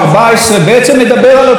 בעצם מדבר על אותה הזדמנות.